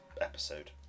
episode